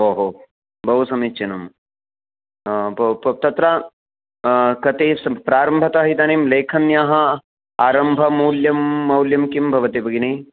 ओहो बहु समीचीनं प तत्र कति प्रारम्भतः इदानीं लेखन्याः आरम्भमूल्यं मूल्यं किं भवति भगिनी